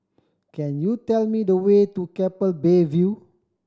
can you tell me the way to Keppel Bay View